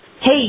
Hey